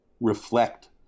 reflect